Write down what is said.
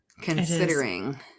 considering